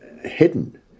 hidden